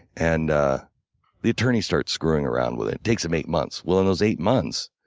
and the attorneys start screwing around with it. takes him eight months. well, in those eight months,